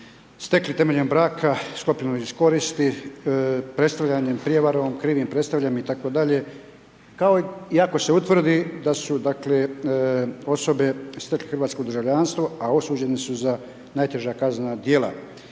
stekli temeljem braka sklopljenog iz koristi, predstavljanjem prijevarom, krivim predstavljanjem itd. kao i ako se utvrdi da su dakle osobe stekle hrvatsko državljanstvo, a osuđene su za najteža kaznena djela